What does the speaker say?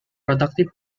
productive